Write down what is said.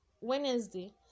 Wednesday